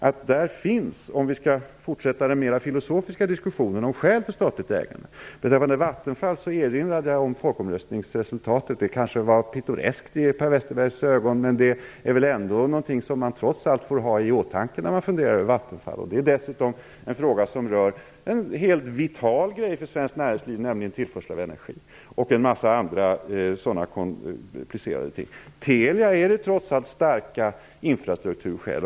Låt oss fortsätta den mer filosofiska diskussionen om skäl för statligt ägande. Beträffande Vattenfall erinrade jag om folkomröstningsresultatet. Det var kanske pittoreskt i Per Westerbergs ögon, men det är väl ändå något som man får ha i åtanke när man funderar över Vattenfall. Det är dessutom en fråga som rör en helt vital sak för svenskt näringsliv, nämligen tillförsel av energi. När det gäller Telia finns det trots allt starka infrastrukturskäl.